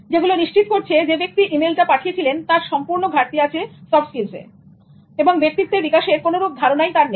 যেগুলো নিশ্চিত করছে যে ব্যক্তি ই মেইলটা পাঠিয়েছিলেন তার সম্পূর্ণ ঘাটতি আছে সফট স্কিলসে এবং ব্যক্তিত্বের বিকাশের কোনোরূপ ধারনা নেই